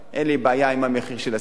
אין לי בעיה עם המחיר של הסיגרים,